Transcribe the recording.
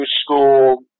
school